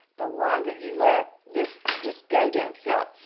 the longer you let this just go downhill.